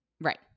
Right